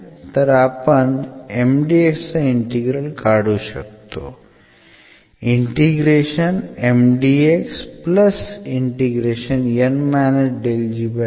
तर आपण Mdx चा इंटिग्रल काढू शकतो